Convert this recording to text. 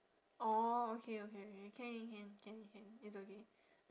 orh okay okay okay can can can can can can it's okay